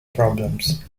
problems